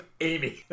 Amy